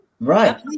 Right